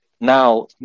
now